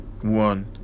one